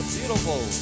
beautiful